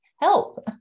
help